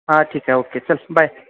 हा ठीक आहे ओके चल बाय